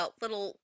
little